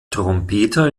trompeter